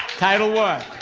title one.